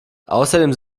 außerdem